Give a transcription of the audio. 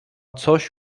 coś